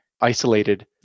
isolated